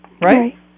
Right